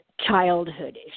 childhood